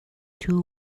two